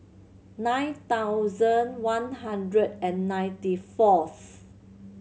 nine thousand one hundred and ninety fourth